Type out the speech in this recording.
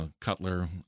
Cutler